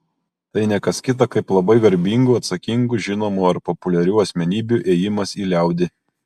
tai ne kas kita kaip labai garbingų atsakingų žinomų ar populiarių asmenybių ėjimas į liaudį